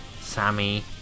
Sammy